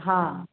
हँ